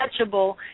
touchable